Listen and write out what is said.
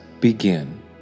begin